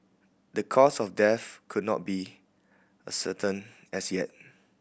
the cause of death could not be ascertained as yet